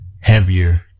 heavier